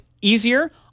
easier